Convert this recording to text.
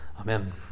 Amen